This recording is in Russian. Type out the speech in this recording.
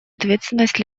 ответственность